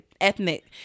ethnic